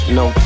no